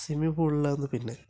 swimming പൂളിലാണ് പിന്നെ